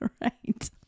Right